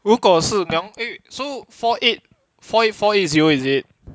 如果是两 eh so four eight four eight zero is it